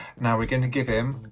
now we're going to give him